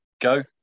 go